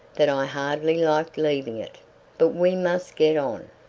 that i hardly like leaving it but we must get on.